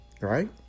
Right